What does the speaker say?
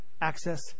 access